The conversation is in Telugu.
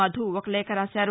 మధు ఒక లేఖ రాశారు